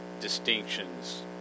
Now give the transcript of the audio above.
distinctions